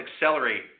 accelerate